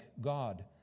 God